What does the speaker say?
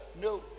No